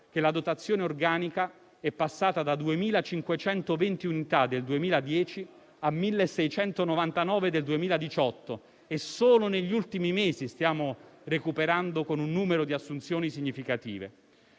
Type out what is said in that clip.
che la dotazione organica è passata da 2.520 unità del 2010 a 1.699 del 2018 e solo negli ultimi mesi stiamo recuperando con un numero di assunzioni significative.